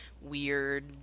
weird –